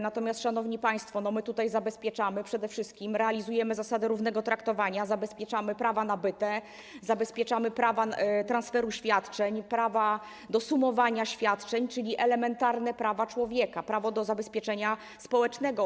Natomiast, szanowni państwo, my tutaj przede wszystkim realizujemy zasadę równego traktowania, zabezpieczamy prawa nabyte, zabezpieczamy prawa transferu świadczeń, prawa do sumowania świadczeń, czyli elementarne prawa człowieka, prawo do zabezpieczenia społecznego.